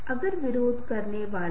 जब आप छुट्टी पर जा रहे हैं